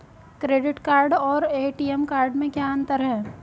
Credit card और ATM card में क्या अंतर है?